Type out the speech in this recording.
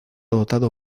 dotado